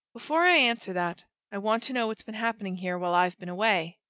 before i answer that, i want to know what's been happening here while i've been away,